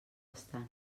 estan